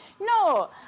No